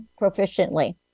proficiently